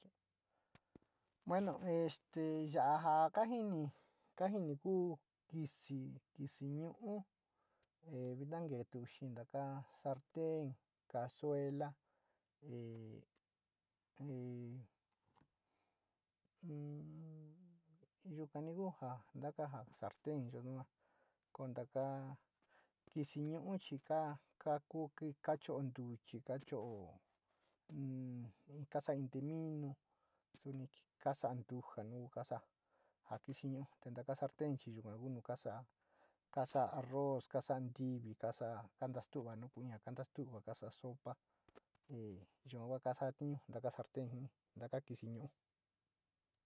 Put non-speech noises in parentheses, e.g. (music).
Bueno este ya´a ja ka jinii, kajini ku kisi nu´u vina ni kee tuu xee sarten, casuela (hesitation) in yukani ku ja ntaka sarten iyo tu yua te ntatako, kisi chi, ka ku ki kacho´o ntucha cacheo, kasain, minte mino, suin kasada ntu ja kasan arinti, kasa, ntivi kasa´a kamastu’uva, ka sa´a sopa yua kua kasa´a tiñu taka sarten, taka kisi ñu´u.